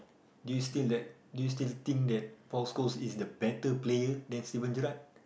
do you still that do you still think that Paul-Coles is the better player than Steven-Gerrard